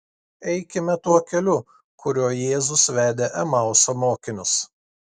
eikime tuo keliu kuriuo jėzus vedė emauso mokinius